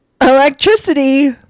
electricity